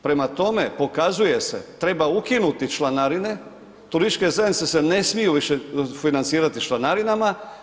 Prema tome, pokazuje se, treba ukinuti članarine, turističke zajednice se ne smiju više financirati članarinama.